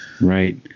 right